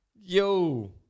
Yo